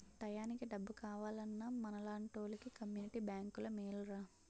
టయానికి డబ్బు కావాలన్నా మనలాంటోలికి కమ్మునిటీ బేంకులే మేలురా